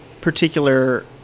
particular